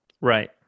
Right